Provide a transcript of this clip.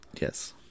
Yes